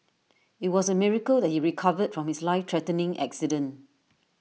IT was A miracle that he recovered from his life threatening accident